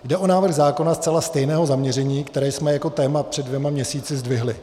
Jde o návrh zákona zcela stejného zaměření, které jsme jako téma před dvěma měsíci zdvihli.